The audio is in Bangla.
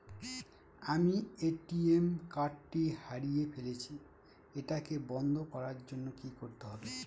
আমি এ.টি.এম কার্ড টি হারিয়ে ফেলেছি এটাকে বন্ধ করার জন্য কি করতে হবে?